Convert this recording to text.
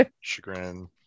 chagrin